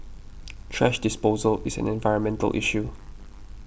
thrash disposal is an environmental issue